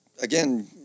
again